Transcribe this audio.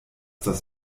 das